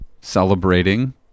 celebrating